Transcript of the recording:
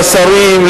לשרים,